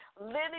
Living